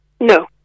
No